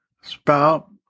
spout